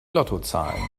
lottozahlen